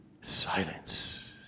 silence